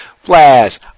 Flash